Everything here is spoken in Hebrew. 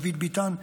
דוד ביטן,